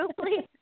please